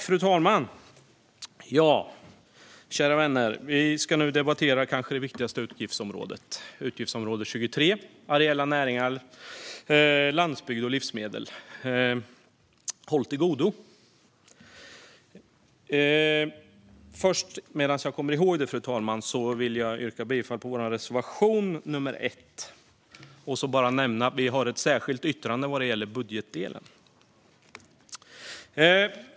Fru talman och kära vänner! Vi ska nu debattera det kanske viktigaste utgiftsområdet, nämligen utgiftsområde 23 Areella näringar, landsbygd och livsmedel. Håll till godo! Först och främst vill jag, medan jag kommer ihåg det, yrka bifall till vår reservation nr 1. Jag vill också nämna att vi har ett särskilt yttrande vad gäller budgetdelen.